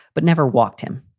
but never walked him.